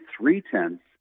three-tenths